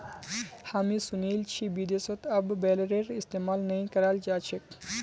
हामी सुनील छि विदेशत अब बेलरेर इस्तमाल नइ कराल जा छेक